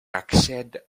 accède